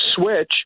switch